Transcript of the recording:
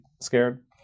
scared